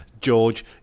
George